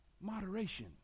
moderation